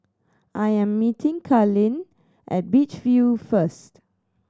I am meeting Kalyn at Beach View first